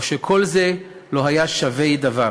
או שכל זה לא היה שווה דבר".